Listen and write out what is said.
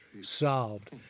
solved